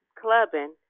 clubbing